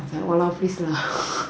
!walao! please lah